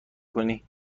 کنی